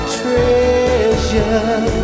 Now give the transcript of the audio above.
treasure